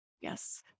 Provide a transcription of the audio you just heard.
Yes